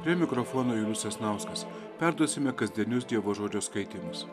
prie mikrofono julius sasnauskas perduosime kasdienius dievo žodžio skaitymus